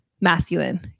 masculine